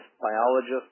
biologist